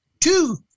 two